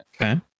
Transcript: Okay